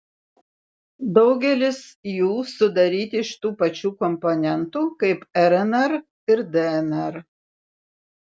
daugelis jų sudaryti iš tų pačių komponentų kaip rnr ir dnr